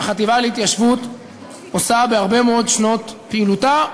שהחטיבה להתיישבות עושה בהרבה מאוד שנות פעילותה,